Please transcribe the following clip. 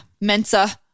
Mensa